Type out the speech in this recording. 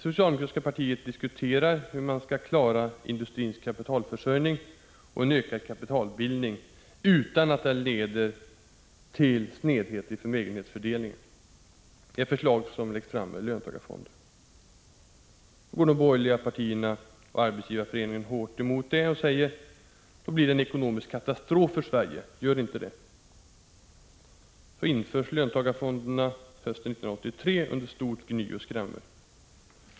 Socialdemokratiska partiet diskuterar hur man skall klara industrins kapitalförsörjning och en ökad kapitalbildning utan att det leder till en sned förmögenhetsfördelning. Ett förslag gäller löntagarfonder. De borgerliga partierna och Arbetsgivareföreningen går hårt emot det och säger: Detta blir en ekonomisk katastrof för Sverige. Gör inte det. Så införs löntagarfonderna hösten 1983 under stort gny och skrammel.